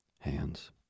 Hands